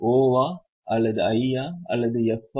'o' வா அல்லது 'i' யா அல்லது 'f' ஆ